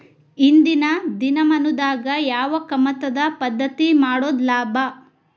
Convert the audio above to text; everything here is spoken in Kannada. ಇಂದಿನ ದಿನಮಾನದಾಗ ಯಾವ ಕಮತದ ಪದ್ಧತಿ ಮಾಡುದ ಲಾಭ?